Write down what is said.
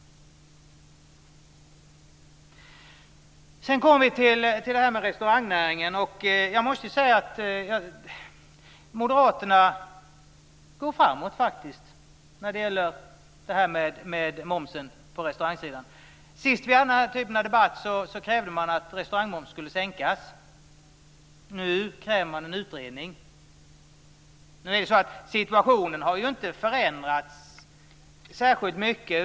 Sedan kommer vi till restaurangnäringen, och jag måste säga att moderaterna faktiskt går framåt när det gäller momsen på restaurangsidan. Senast som vi hade den här typen av debatt så krävde moderaterna att restaurangmomsen skulle sänkas. Nu kräver man en utredning. Men situationen har ju inte förändrats särskilt mycket.